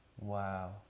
Wow